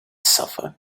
suffer